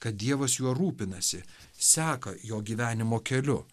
kad dievas juo rūpinasi seka jo gyvenimo keliu